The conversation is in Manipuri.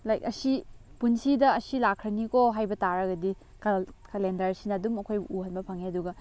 ꯂꯥꯏꯛ ꯑꯁꯤ ꯄꯨꯟꯁꯤꯗ ꯑꯁꯤ ꯂꯥꯛꯈ꯭ꯔꯅꯤꯀꯣ ꯍꯥꯏꯕ ꯇꯥꯔꯒꯗꯤ ꯈꯔ ꯀꯂꯦꯟꯗꯔꯁꯤꯅ ꯑꯗꯨꯝ ꯑꯩꯈꯣꯏꯕꯨ ꯎꯍꯟꯕ ꯐꯪꯉꯦ ꯑꯗꯨꯒ